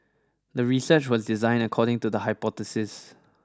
the research was designed according to the hypothesis